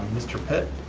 mr. pitt.